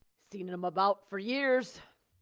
seen him about for years.